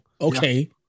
okay